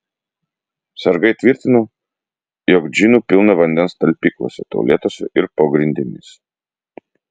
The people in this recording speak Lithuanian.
sargai tvirtino jog džinų pilna vandens talpyklose tualetuose ir po grindimis